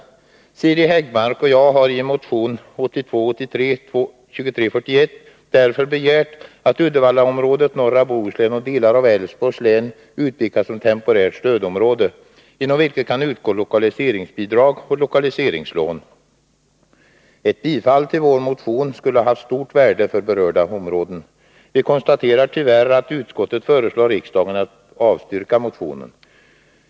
Siri Häggmark och jag har i motion 1982/83:2341 därför begärt att Uddevallaområdet, norra Bohuslän och delar av Älvsborgs län utpekas som temporärt stödområde inom vilket kan utgå lokaliseringsbidrag och lokaliseringslån. Ett bifall till vår motion skulle ha haft stort värde för berörda områden. Vi konstaterar att arbetsmarknadsutskottet tyvärr föreslår riksdagen att avslå motionen.